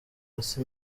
hasi